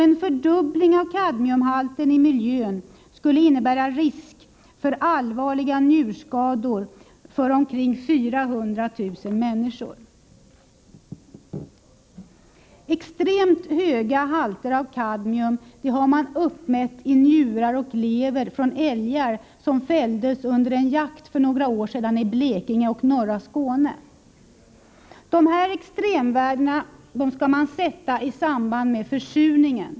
En fördubbling av kadmiumhalten i miljön skulle innebära risk för allvarliga njurskador för omkring 400 000 människor. Extremt höga halter av kadmium har uppmätts i njurar och lever från älgar som fälldes under en jakt för några år sedan i Blekinge och norra Skåne. Dessa exremvärden skall sättas i samband med försurningen.